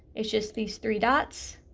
it's just these three dots,